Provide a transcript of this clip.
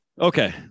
Okay